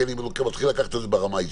כי אני מתחיל לקחת את זה ברמה האישית.